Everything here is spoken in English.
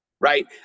right